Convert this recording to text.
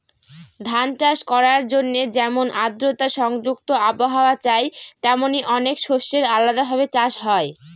ধান চাষ করার জন্যে যেমন আদ্রতা সংযুক্ত আবহাওয়া চাই, তেমনি অনেক শস্যের আলাদা ভাবে চাষ হয়